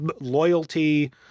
loyalty